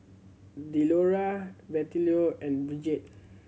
Delora Bettylou and Brigette